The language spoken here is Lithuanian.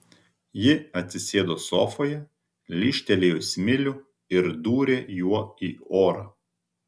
ji atsisėdo sofoje lyžtelėjo smilių ir dūrė juo į orą